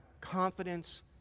confidence